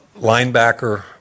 linebacker